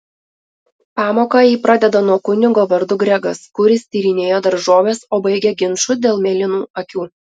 pamoką ji pradeda nuo kunigo vardu gregas kuris tyrinėjo daržoves o baigia ginču dėl mėlynų akių